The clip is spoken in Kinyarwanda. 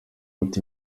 ati